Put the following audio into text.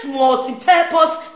multi-purpose